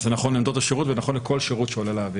אז זה נכון לעמדות השירות וזה נכון לכל שירות שעולה לאוויר.